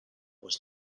was